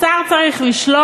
השר צריך לשלוט,